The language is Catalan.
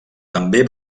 també